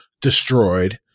destroyed